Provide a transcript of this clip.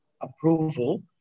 approval